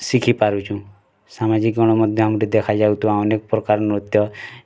ଶିଖିପାରୁଛୁ ସାମାଜିକ୍ ଗଣମାଧ୍ୟମ୍ରେ ଦେଖା ଯାଉଥିବା ଅନେକ୍ ପ୍ରକାର୍ ନୃତ୍ୟ